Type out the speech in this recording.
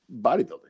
bodybuilding